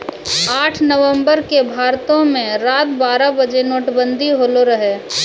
आठ नवम्बर के भारतो मे रात बारह बजे नोटबंदी होलो रहै